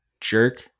jerk